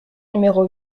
numéro